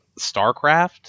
StarCraft